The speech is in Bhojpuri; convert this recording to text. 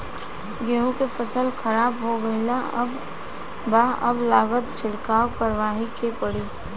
गेंहू के फसल खराब हो गईल बा अब लागता छिड़काव करावही के पड़ी